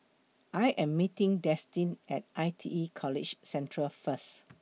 I Am meeting Destin At I T E College Central First